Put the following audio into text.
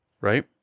right